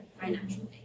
financially